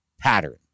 pattern